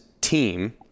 team